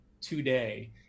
today